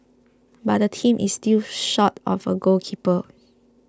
but the team is still short of a goalkeeper